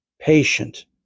patient